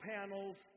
Panel's